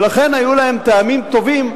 ולכן היו להם טעמים טובים,